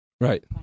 Right